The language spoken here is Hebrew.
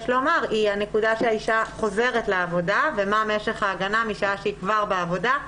היא הנקודה שהאישה חוזרת לעבודה ומה משך ההגנה כשהיא כבר בעבודה.